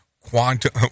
Quantum